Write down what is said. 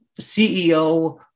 ceo